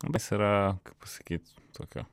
bes yra pasakyt tokio